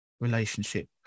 relationship